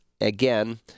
Again